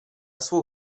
svou